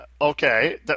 okay